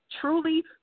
truly